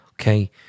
okay